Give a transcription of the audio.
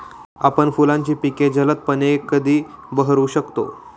आपण फुलांची पिके जलदपणे कधी बहरू शकतो?